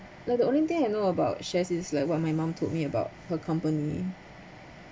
ya the only thing I know about shares is like what my mum told me about her company